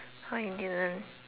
why you didn't